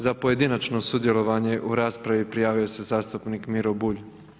Za pojedinačno sudjelovanje u raspravi prijavio se zastupnik Miro Bulj.